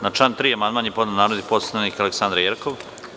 Na član 3. amandman je podneo narodni poslanik Aleksandra Jerkov.